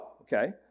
okay